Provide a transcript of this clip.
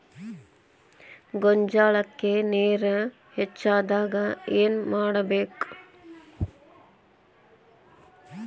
ಗೊಂಜಾಳಕ್ಕ ನೇರ ಹೆಚ್ಚಾದಾಗ ಏನ್ ಮಾಡಬೇಕ್?